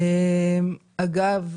אגב,